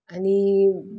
आनी